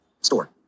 Store